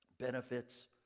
benefits